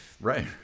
Right